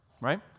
Right